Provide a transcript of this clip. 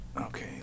Okay